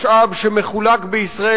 משאב שמחולק בישראל,